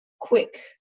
quick